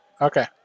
Okay